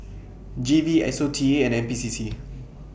G V S O T A and N P C C